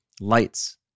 Lights